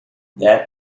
that